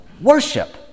worship